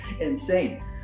insane